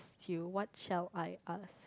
s~ you what should I ask